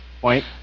point